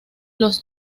los